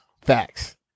Facts